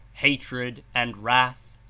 hatred and wrath.